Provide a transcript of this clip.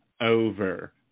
over